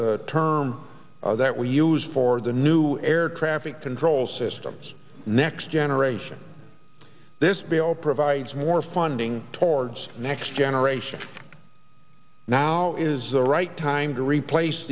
a term that we use for the new air traffic control systems next generation this bill provides more funding towards next generation now is the right time to replace